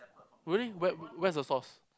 will you where where's the source